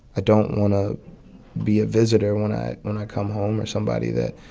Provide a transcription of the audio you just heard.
i don't want to be a visitor when i when i come home or somebody that,